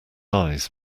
eyes